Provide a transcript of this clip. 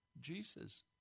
Jesus